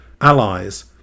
allies